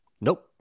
Nope